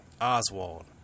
oswald